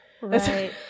Right